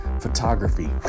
Photography